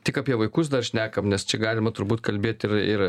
tik apie vaikus dar šnekam nes čia galima turbūt kalbėt ir ir